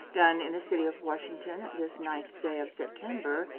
done in the city of washington, this ninth day of september,